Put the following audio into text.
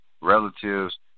relatives